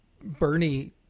bernie